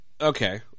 Okay